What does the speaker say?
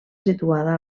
situada